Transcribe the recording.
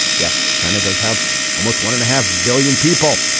yes china does have almost one and a half billion people.